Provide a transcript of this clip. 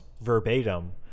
verbatim